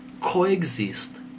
coexist